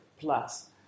Plus